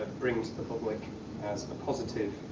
bring to the public as a positive,